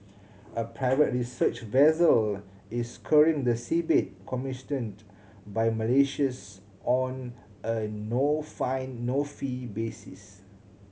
a private research vessel is scouring the seabed commissioned by Malaysia's on a no find no fee basis